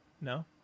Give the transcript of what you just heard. No